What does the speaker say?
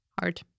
hard